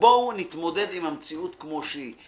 נתמודד עם המציאות כמות שהיא.